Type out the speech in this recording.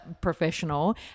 professional